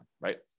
right